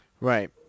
Right